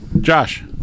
Josh